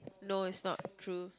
no it's not true